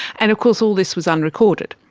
and of course all this was unrecorded.